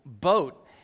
boat